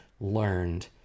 learned